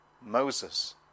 Moses